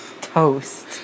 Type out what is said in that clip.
toast